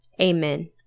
Amen